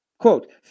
Quote